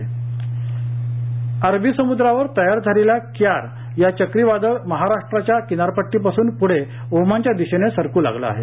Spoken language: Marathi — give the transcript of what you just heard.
हवामानआयएमडीविजय अरबीसमुद्रावर तयार झालेल्या क्यार या चक्रीवादळ महाराष्ट्राच्या किनारपट्टीपासून पुढेओमानच्या दिशेने सरकू लागले आहे